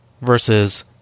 versus